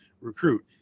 recruit